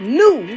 new